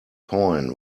coin